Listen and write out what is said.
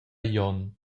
glion